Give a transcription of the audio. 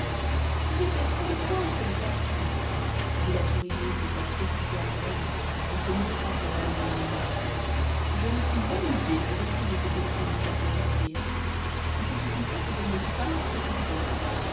j'étais près de toi aux pieds de ta fille dit la souris grise de sa petite voix aigre en se montrant au malheureux génie je me suis amusée au récit de ce que je t'ai déjà fait souffrir et c'est ce qui fait que je ne me suis pas montrée plus tôt